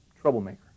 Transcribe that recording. troublemaker